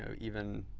even